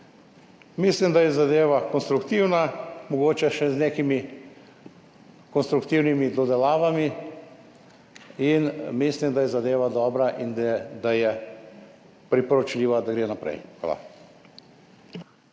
Mislim, da je zadeva konstruktivna, mogoče še z nekimi konstruktivnimi dodelavami. Mislim, da je zadeva dobra in da je priporočljivo, da gre naprej. Hvala.